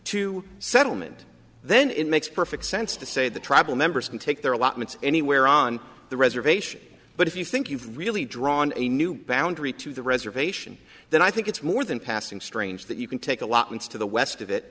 to settlement then it makes perfect sense to say the tribal members can take their allotments anywhere on the reservation but if you think you've really drawn a new boundaries to the reservation then i think it's more than passing strange that you can take allotments to the west of it